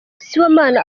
sibomana